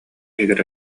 иһигэр